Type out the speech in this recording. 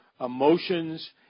emotions